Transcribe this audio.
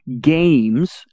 games